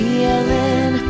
Feeling